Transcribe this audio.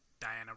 Diana